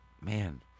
man